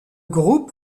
groupe